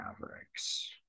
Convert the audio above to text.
mavericks